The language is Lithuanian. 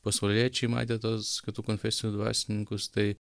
pasauliečiai matė tuos kitų konfesijų dvasininkus tai